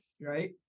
Right